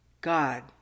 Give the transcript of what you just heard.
God